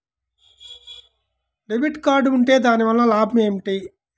Debit card ఉంటే దాని వలన లాభం ఏమిటీ?